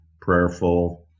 prayerful